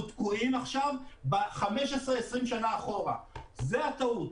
אנחנו תקועים עכשיו 15,20 שנה אחורה וזאת הטעות.